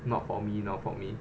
not for me not for me